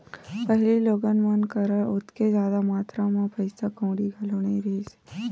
पहिली लोगन मन करा ओतेक जादा मातरा म पइसा कउड़ी घलो नइ रिहिस हे